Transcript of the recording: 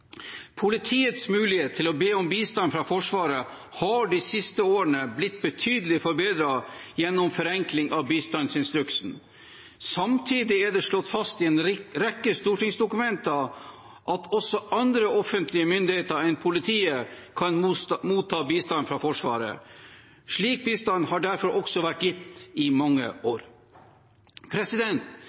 Politiets mulighet til å be om bistand fra Forsvaret har de siste årene blitt betydelig forbedret gjennom forenkling av bistandsinstruksen. Samtidig er det slått fast i en rekke stortingsdokumenter at også andre offentlige myndigheter enn politiet kan motta bistand fra Forsvaret. Slik bistand har derfor også vært gitt i mange år.